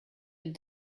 had